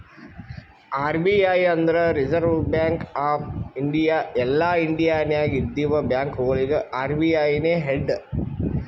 RBI ಅಂದುರ್ reserve bank of India ಎಲ್ಲಾ India ನಾಗ್ ಇದ್ದಿವ ಬ್ಯಾಂಕ್ಗೊಳಿಗ ಅರ್.ಬಿ.ಐ ನೇ ಹೆಡ್